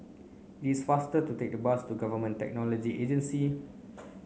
it is faster to take the bus to Government Technology Agency